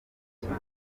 cyane